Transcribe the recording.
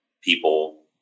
people